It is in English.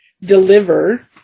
deliver